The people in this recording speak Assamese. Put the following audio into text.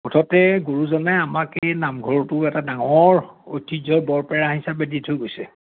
মুঠতে গুৰুজনে আমাক এই নামঘৰটো এটা ডাঙৰ ঐতিহ্যৰ বৰপেৰা হিচাপে দি থৈ গৈছে